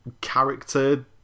character